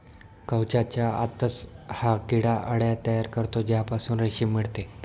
कवचाच्या आतच हा किडा अळ्या तयार करतो ज्यापासून रेशीम मिळते